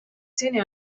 seni